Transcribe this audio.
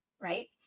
right